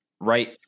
right